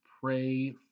pray